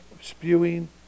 spewing